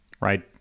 right